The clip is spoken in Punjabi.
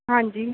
ਹਾਂਜੀ